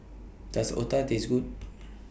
Does Otah Taste Good